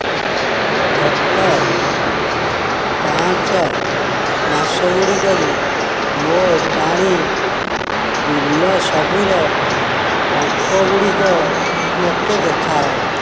ଗତ ପାଞ୍ଚ ମାସଗୁଡ଼ିକରୁ ମୋ ପାଣି ବିଲ୍ସବୁର ଅଙ୍କଗୁଡ଼ିକ ମୋତେ ଦେଖାଅ